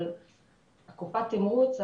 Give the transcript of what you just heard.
קופת התמרוץ,